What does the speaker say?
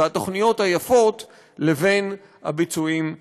והתוכניות היפות לבין הביצועים בפועל,